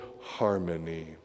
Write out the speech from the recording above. harmony